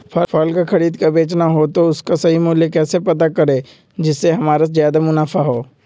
फल का खरीद का बेचना हो तो उसका सही मूल्य कैसे पता करें जिससे हमारा ज्याद मुनाफा हो?